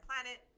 planet